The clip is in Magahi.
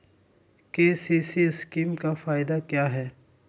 के.सी.सी स्कीम का फायदा क्या है?